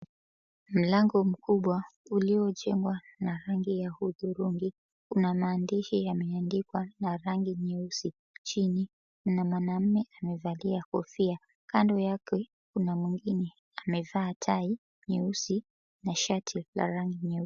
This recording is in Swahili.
Mlango mkubwa uliojengwa na rangi ya hudhurungi, una maandishi yaliyoandikwa na rangi nyeusi. Chini, kuna mwanaume amevalia kofia, kando yake, kuna mwengine amevaa tai nyeusi na shati la rangi nyeupe.